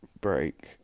break